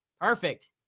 perfect